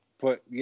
Put